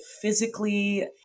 physically